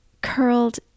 curled